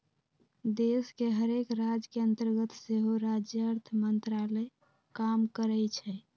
देश के हरेक राज के अंतर्गत सेहो राज्य अर्थ मंत्रालय काम करइ छै